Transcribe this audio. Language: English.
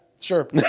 sure